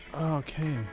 Okay